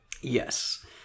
Yes